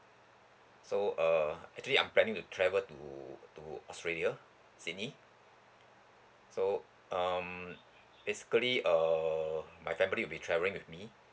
so uh actually I'm planning to travel to to australia sydney so um basically err my family will be travelling with me